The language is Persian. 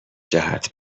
جهت